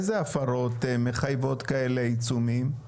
איזה הפרות מחייבות כאלה עיצומים?